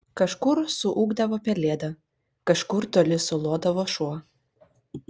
kažkur suūkdavo pelėda kažkur toli sulodavo šuo